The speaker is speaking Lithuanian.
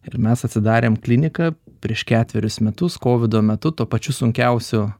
ir mes atidarėm kliniką prieš ketverius metus kovido metu tuo pačiu sunkiausiu